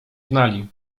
znali